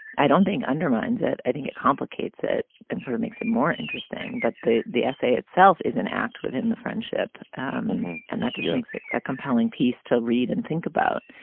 i don't think undermines it. i think it complicates it and sort of makes it more interesting. but the the essay itself is an act within the friendship and and that just makes it a compelling piece to read and think about.